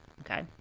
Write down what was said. Okay